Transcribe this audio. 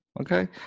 Okay